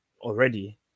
already